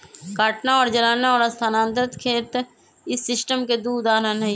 काटना और जलाना और स्थानांतरण खेत इस सिस्टम के दु उदाहरण हई